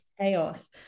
chaos